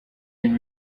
ibi